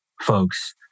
folks